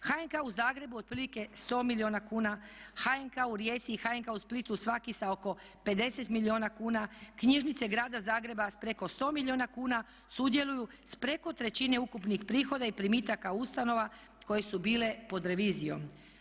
HNK u Zagrebu otprilike 100 milijuna kuna, HNK u Rijeci i HNK u Splitu svaki sa oko 50 milijuna kuna, knjižnice Grada Zagreba sa preko 100 milijuna kuna sudjeluj s preko trećine ukupnih prihoda i primitaka ustanova koje su bile pod revizijom.